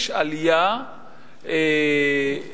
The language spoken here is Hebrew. יש עלייה גדולה,